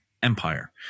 empire